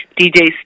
DJ